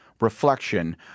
Reflection